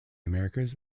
americas